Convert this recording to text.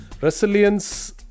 resilience